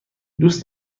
دوست